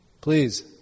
Please